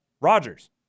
Rodgers